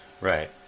Right